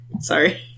Sorry